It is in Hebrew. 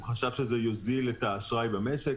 הוא חשב שזה יוזיל את האשראי במשק.